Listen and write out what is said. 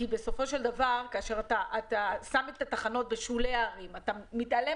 כי בסופו של דבר כאשר אתה שם את התחנות בשולי הערים אתה מתעלם